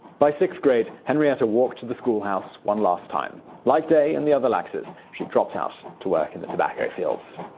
by sixth grade, henrietta walked to the schoolhouse one last time. like day and the other lackses, she dropped out to work in the tobacco fields.